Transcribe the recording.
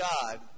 God